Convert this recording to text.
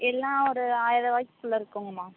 எல்லாம் ஒரு ஆயர்ரூபாய்க்குள்ள இருக்குதுங்கம்மா